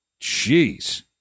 Jeez